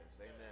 Amen